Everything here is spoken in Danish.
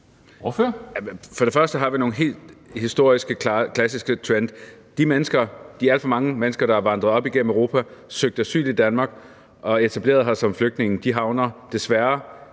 For det første har vi nogle helt klassiske historiske trends. De alt for mange mennesker, der er vandret op igennem Europa, har søgt om asyl i Danmark og etableret sig som flygtninge, havner desværre